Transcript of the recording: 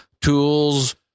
tools